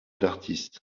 d’artistes